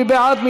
מי בעד?